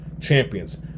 champions